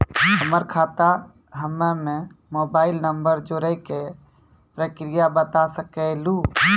हमर खाता हम्मे मोबाइल नंबर जोड़े के प्रक्रिया बता सकें लू?